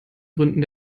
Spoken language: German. gründen